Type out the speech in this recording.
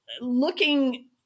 looking